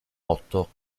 otto